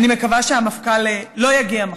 אני מקווה שהמפכ"ל לא יגיע מחר.